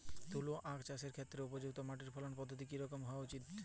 তুলো আঁখ চাষের ক্ষেত্রে উপযুক্ত মাটি ফলন পদ্ধতি কী রকম হলে উচ্চ ফলন সম্ভব হবে?